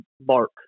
bark